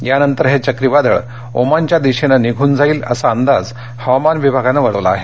यानंतर हे चक्रीवादळ ओमानच्या दिशेने निघून जाईल असा अंदाज हवामान विभागाने वर्तवला आहे